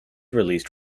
released